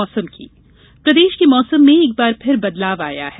मौसम प्रदेश के मौसम में एक बार फिर बदलाव आया है